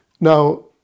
Now